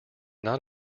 not